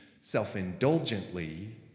self-indulgently